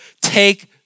take